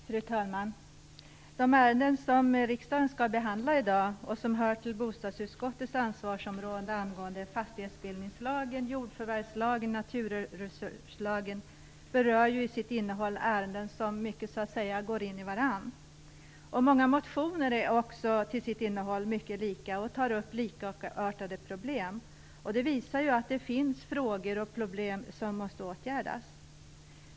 Fru talman! De ärenden som riksdagen skall behandla i dag - och som hör till bostadsutskottets ansvarsområde - angående fastighetsbildningslagen, jordförvärvslagen och naturresurslagen berör till sitt innehåll många saker som går in i varandra. Många motioner är också till sitt innehåll mycket lika varandra och tar upp likartade problem. Det visar att det finns frågor omkring detta, och att det finns problem som måste åtgärdas.